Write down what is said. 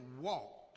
walked